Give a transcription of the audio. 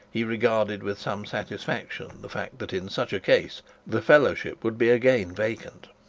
he regarded with some satisfaction the fact that in such case the fellowship would be again vacant.